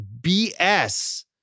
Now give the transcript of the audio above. BS